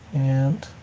and